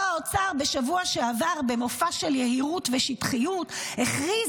בשבוע שעבר במופע של יהירות ושטחיות הכריז